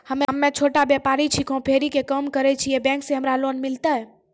हम्मे छोटा व्यपारी छिकौं, फेरी के काम करे छियै, बैंक से हमरा लोन मिलतै?